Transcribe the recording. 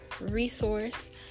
resource